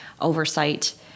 oversight